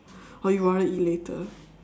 or you rather eat later